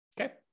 Okay